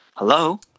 Hello